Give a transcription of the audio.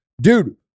dude